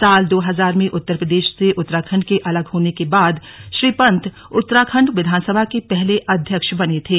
साल दो हजार में उत्तर प्रदेश से उत्तराखंड के अलग होने के बाद श्री पंत उत्तराखंड विधानसभा के पहले अध्यक्ष बने थे